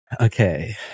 Okay